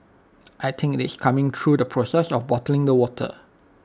I think IT is coming through the process of bottling the water